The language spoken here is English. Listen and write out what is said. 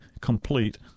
complete